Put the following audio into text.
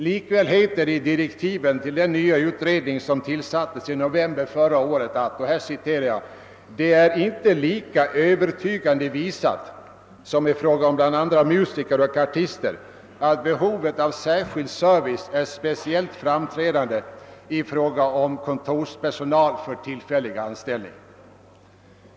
Likväl heter det i direktiven till den nya utredning som tillsattes i november förra året, att det inte är lika övertygande visat som i fråga om bl.a. musiker och artister att behovet av särskild service är speciellt framträdande i fråga om kontorspersonal för tillfälliga anstä'lningar.